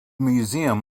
museum